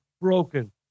broken